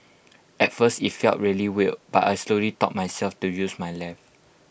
at first IT felt really weird but I slowly taught myself to use my left